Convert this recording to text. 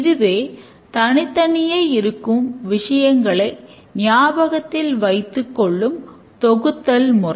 இதுவே தனித்தனியே இருக்கும் விஷயங்களை ஞாபகத்தில் வைத்துக் கொள்ளும் தொகுத்தல் முறை